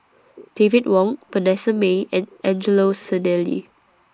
David Wong Vanessa Mae and Angelo Sanelli